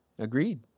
agreed